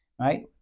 Right